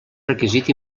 requisit